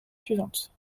suivantes